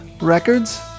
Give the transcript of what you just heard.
records